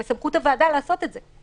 בסמכות הוועדה לעשות את זה.